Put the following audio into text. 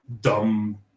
dumb